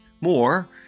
more